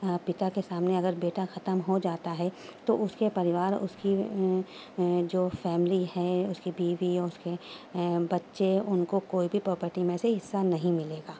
پتا کے سامنے اگر بیٹا ختم ہو جاتا ہے تو اس کے پریوار اس کی جو فیملی ہے اس کی بیوی اس کے بچے ان کو کوئی بھی پرپرٹی میں سے حصہ نہیں ملے گا